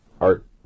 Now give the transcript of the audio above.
Art